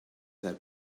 that